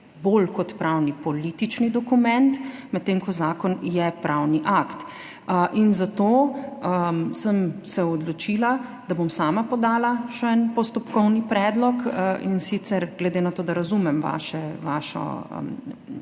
je resolucija politični dokument, medtem ko je zakon pravni akt. Zato sem se odločila, da bom še sama podala en postopkovni predlog, in sicer glede na to, da razumem vašo